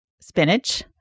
spinach